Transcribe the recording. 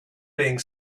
being